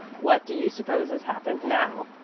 what do you suppose has happened now?